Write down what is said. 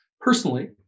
Personally